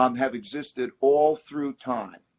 um have existed all through time.